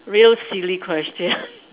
real silly question